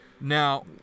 Now